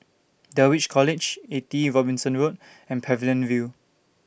Dulwich College eighty Robinson Road and Pavilion View